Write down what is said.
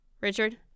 Richard